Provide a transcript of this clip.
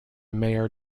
mayor